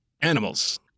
animals